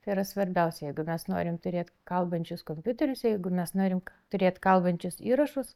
tai yra svarbiausia jeigu mes norim turėt kalbančius kompiuterius jeigu mes norim turėt kalbančius įrašus